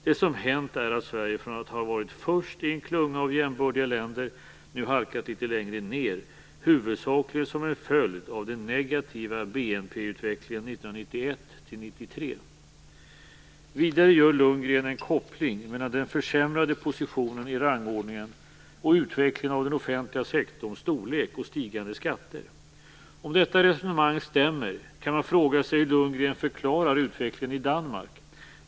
Det som hänt är att Sverige från att ha varit först i en klunga av jämbördiga länder nu halkat litet längre ned, huvudsakligen som en följd av den negativa Vidare gör Lundgren en koppling mellan den försämrade positionen i rangordningen och utvecklingen av den offentliga sektorns storlek och stigande skatter. Om detta resonemang stämmer kan man fråga sig hur Lundgren förklarar utvecklingen i Danmark.